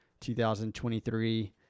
2023